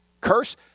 Curse